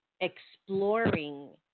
exploring